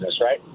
right